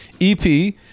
EP